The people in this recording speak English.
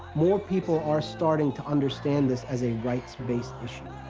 more people are starting to understand this as a rights-based issue.